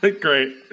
Great